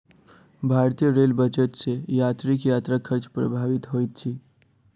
भारतीय रेल बजट सॅ यात्रीक यात्रा खर्च प्रभावित होइत छै